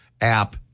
app